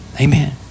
Amen